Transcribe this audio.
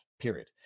period